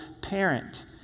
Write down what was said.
parent